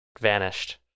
vanished